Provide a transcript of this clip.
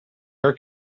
air